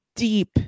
deep